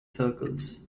circles